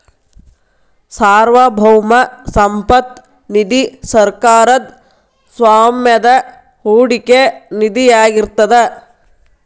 ಸಾರ್ವಭೌಮ ಸಂಪತ್ತ ನಿಧಿ ಸರ್ಕಾರದ್ ಸ್ವಾಮ್ಯದ ಹೂಡಿಕೆ ನಿಧಿಯಾಗಿರ್ತದ